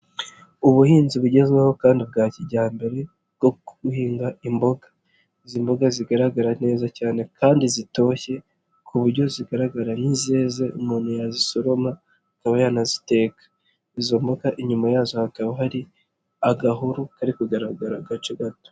Ubuhinzi bugezweho kandi bwa kijyambere bwo guhinga imboga, izi mboga zigaragara neza cyane kandi zitoshye ku buryo zigaragara nk'izeze umuntu yazisoroma akaba yanaziteka. Izo mboga inyuma yazo hakaba hari agahuru kari kugaragara agace gato.